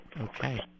Okay